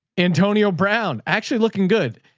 antonio brown actually looking good.